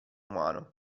umano